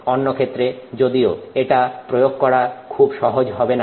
অন্যক্ষেত্রে যদিও এটা প্রয়োগ করা খুব সহজ হবে না